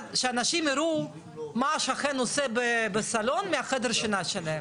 שאנשים יראו מה השכן עושה בסלון מחדר השינה שלהם.